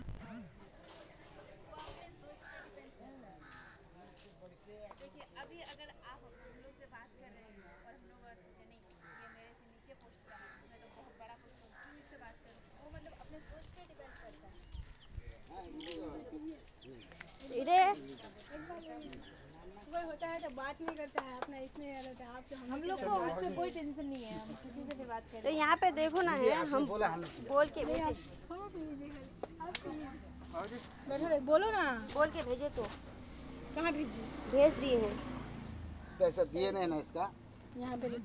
पूजा बताले कि अंतरराष्ट्रीय मानकीकरण संगठनेर स्थापना उन्नीस सौ सैतालीसत होले